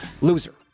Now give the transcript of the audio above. Loser